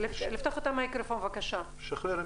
בסופו של דבר הפתרון יהיה להחזיר גם